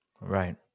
Right